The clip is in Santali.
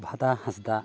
ᱵᱷᱟᱫᱟ ᱦᱟᱸᱥᱫᱟ